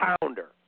pounder